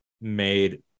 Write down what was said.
made